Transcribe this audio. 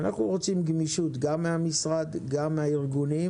אנחנו רוצים גמישות גם מהמשרד, גם מהארגונים